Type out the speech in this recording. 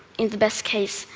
in the best case,